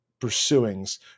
pursuings